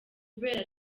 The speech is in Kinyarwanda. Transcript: kubera